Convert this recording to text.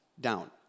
down